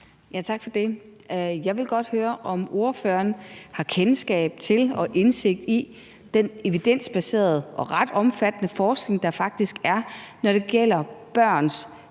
Tak for det. Jeg vil godt høre, om ordføreren har kendskab til og indsigt i den evidensbaserede og ret omfattende forskning, der faktisk foreligger, når det gælder børns